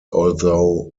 although